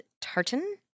tartan